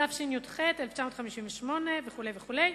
התשי"ח 1958 וכו' וכו',